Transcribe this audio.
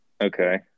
Okay